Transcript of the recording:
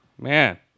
Man